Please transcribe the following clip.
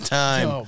time